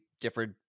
different